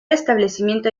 establecimiento